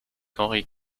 henri